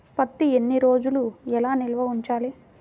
పత్తి ఎన్ని రోజులు ఎలా నిల్వ ఉంచాలి?